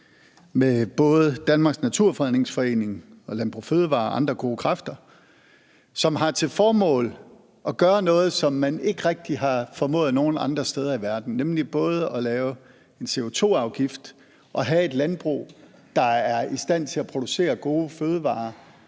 med både Danmarks Naturfredningsforening og Landbrug & Fødevarer og andre gode kræfter, som har til formål at gøre noget, som man ikke rigtig har formået nogen andre steder i verden, nemlig både at lave en CO2-afgift og have et landbrug, der er i stand til at producere gode fødevarer